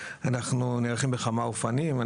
אנחנו נערכים בכמה אופנים,